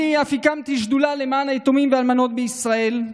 אני אף הקמתי שדולה למען היתומים והאלמנות בישראל.